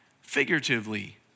figuratively